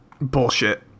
bullshit